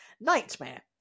Nightmare